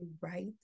right